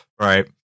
Right